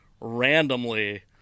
randomly